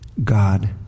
God